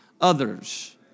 others